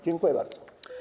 Dziękuję bardzo.